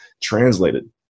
translated